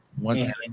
One